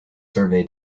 survey